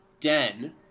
Den